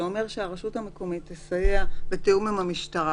שיגיד שהרשות המקומית תסייע בתיאום עם המשטרה